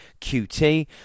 QT